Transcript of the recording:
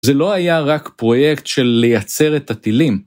זה לא היה רק פרוייקט של לייצר את הטילים.